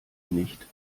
nicht